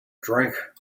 drink